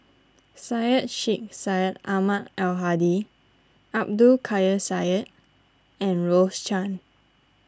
Syed Sheikh Syed Ahmad Al Hadi Abdul Kadir Syed and Rose Chan